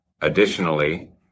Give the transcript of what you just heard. Additionally